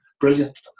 Brilliant